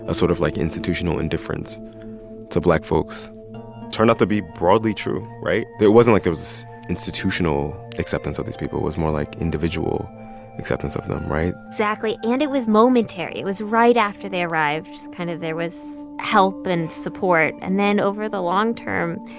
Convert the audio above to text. ah sort of, like, institutional indifference to black folks turned out to be broadly true, right? there wasn't like there was institutional acceptance of these people it was more like individual acceptance of them, right? exactly. and it was momentary. it was right after they arrived. kind of there was help and support. and then over the long term,